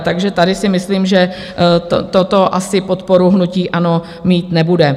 Takže tady si myslím, že toto asi podporu hnutí ANO mít nebude.